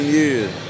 years